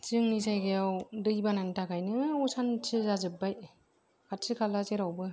जोंनि जायगायाव दैबानानि थाखायनो असानथि जाजोब्बाय खाथि खाला जेरावबो